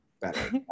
better